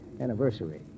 anniversary